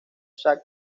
shaw